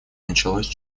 началось